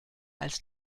als